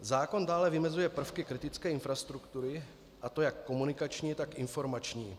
Zákon dále vymezuje prvky kritické infrastruktury, a to jak komunikační, tak informační.